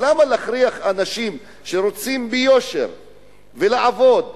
למה להכריח אנשים שרוצים לעבוד ביושר,